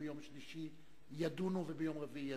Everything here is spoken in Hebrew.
ביום שלישי ידונו וביום רביעי יצביעו.